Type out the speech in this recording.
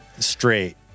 Straight